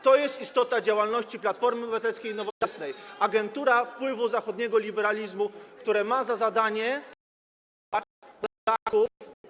To jest istota działalności Platformy Obywatelskiej i Nowoczesnej - agentura wpływu zachodniego liberalizmu, jaki ma za zadanie pozwolić traktować.